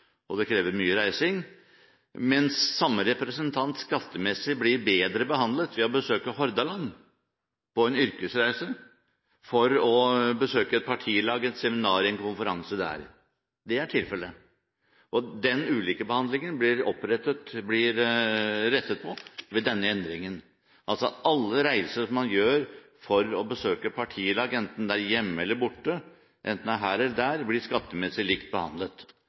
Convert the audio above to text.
og det krever mye reising – blir samme representant skattemessig bedre behandlet ved å besøke Hordaland på en yrkesreise for å besøke et partilag, et seminar eller en konferanse der. Det er tilfellet, og den ulikebehandlingen blir rettet på ved denne endringen. Altså: Alle reiser man gjør for å besøke partilag, enten det er hjemme eller borte, enten det er her eller der, blir skattemessig likt behandlet.